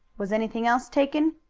was anything else taken?